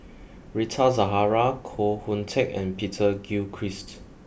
Rita Zahara Koh Hoon Teck and Peter Gilchrist